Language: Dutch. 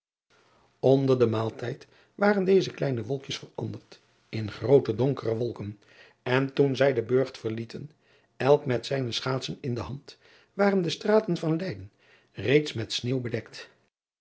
nder den maaltijd waren deze kleine wolkjes veranderd in groote donkere wolken en toen zij den urgt verlieten elk met zijne schaatsen in de hand waren de straten van eyden reeds met sneeuw bedekt